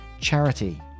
charity